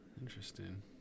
Interesting